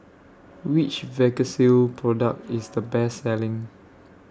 Which Vagisil Product IS The Best Selling